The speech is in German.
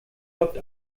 jobbt